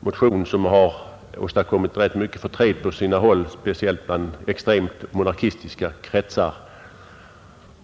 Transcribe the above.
motion, en motion som har åstadkommit ganska mycket förtret på sina håll, speciellt i extremt monarkistiska kretsar.